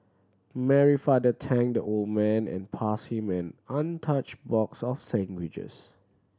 Mary father tend old man and passed him an untouched box of sandwiches